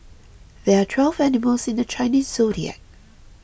there are twelve animals in the Chinese zodiac